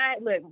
look